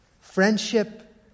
Friendship